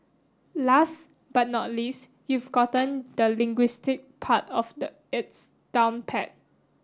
last but not least you've gotten the linguistics part of it down pat